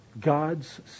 God's